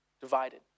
divided